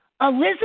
Elizabeth